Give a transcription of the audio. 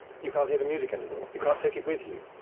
you can't hear the music anymore. you can't take it with you.